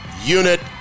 Unit